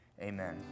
Amen